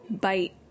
bite